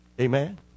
Amen